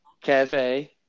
cafe